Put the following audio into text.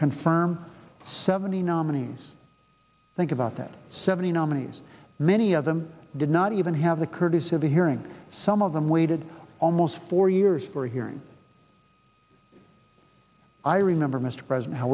confirm seventy nominees think about that seventy nominees many of them did not even have the courtesy of a hearing some of them waited almost four years for a hearing i remember mr president how